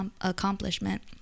accomplishment